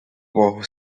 богу